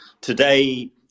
today